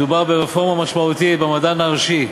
מדובר ברפורמה משמעותית במדען הראשי.